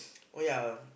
oh ya